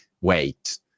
wait